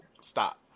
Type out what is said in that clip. stop